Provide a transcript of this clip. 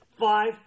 five